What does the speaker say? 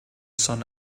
sun